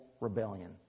Rebellion